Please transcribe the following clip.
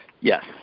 Yes